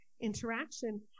interaction